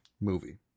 movie